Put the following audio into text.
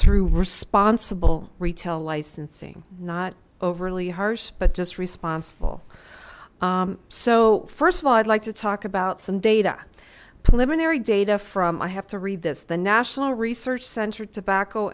through responsible retail licensing not overly harsh but just responsible so first of all i'd like to talk about some data preliminary data from i have to read this the national research center tobacco